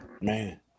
man